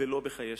ולא בחיי שעה.